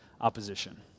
opposition